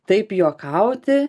taip juokauti